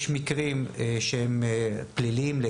יש מקרים שהם לגמרי פליליים,